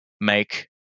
make